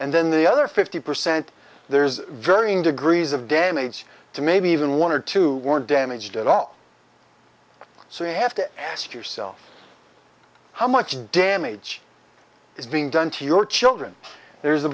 and then the other fifty percent there's varying degrees of damage to maybe even one or two were damaged at all so you have to ask yourself how much damage is being done to your children there's a